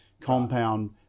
compound